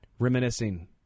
Reminiscing